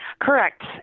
Correct